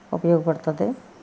ఉపయోగ పడుతుంది